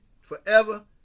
forever